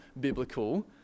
biblical